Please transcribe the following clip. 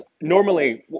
normally